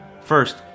First